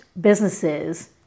businesses